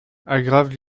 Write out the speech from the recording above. aggravent